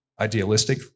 idealistic